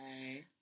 Okay